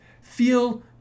feel